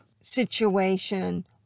situation